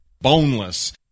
Boneless